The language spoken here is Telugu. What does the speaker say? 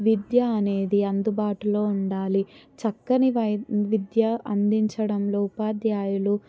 విద్యా అనేది అందుబాటులో ఉండాలి చక్కని వైద్ విద్యా అందించడంలో ఉపాధ్యాయులు